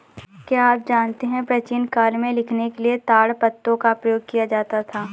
क्या आप जानते है प्राचीन काल में लिखने के लिए ताड़पत्रों का प्रयोग किया जाता था?